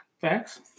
facts